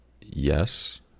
Yes